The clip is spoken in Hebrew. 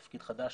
תפקיד חדש,